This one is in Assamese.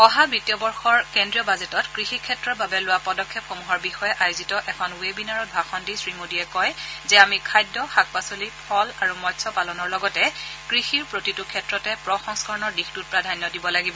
অহা বিত্তীয় বৰ্ষৰ কেন্দ্ৰীয় বাজেটত কৃষি ক্ষেত্ৰৰ বাবে লোৱা পদক্ষেপসমূহৰ বিষয়ে আয়োজিত এখন ৱেবিনাৰত ভাষণ দি শ্ৰীমোডীয়ে কয় যে আমি খাদ্য শাক পাচলি ফল আৰু মৎস্য পালনৰ লগতে কৃষিৰ প্ৰতিটো ক্ষেত্ৰতে প্ৰসংস্থৰণৰ দিশটোত প্ৰাধান্য দিব লাগিব